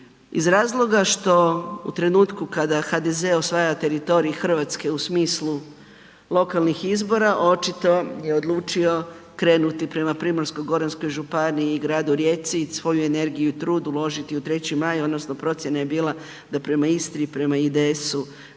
Iz razloga što u trenutku kada HDZ osvaja teritorij Hrvatske u smislu lokalnih izbora, očito je odlučio krenuti prema Primorsko-goranskoj županiji, gradu Rijeci i svoju energiju, trud uložiti u 3. maj odnosno procjena je bila da prema Istri i IDS-u